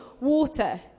water